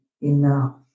enough